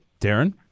Darren